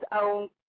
own